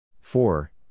four